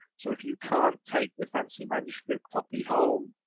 so, if you can't take the fancy manuscript copy home,